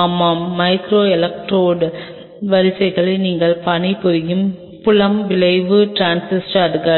ஆமாம் micro electrode வரிசைகள் நீங்கள் பணிபுரியும் புலம் விளைவு டிரான்சிஸ்டர்கள்